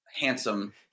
handsome